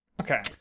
okay